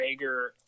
Rager